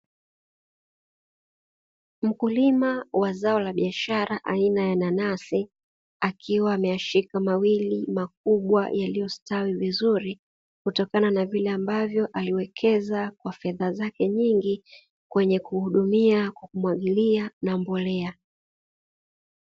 Mkulima wa zao la biashara aina ya nanasi akiwa ameyashika mawili makubwa yaliyostawi vizuri kutokana na vile ambavyo aliwekeza kwa fedha zake nyingi kwenye kuhudumia, kumwagilia na mbolea.